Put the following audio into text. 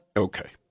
okay.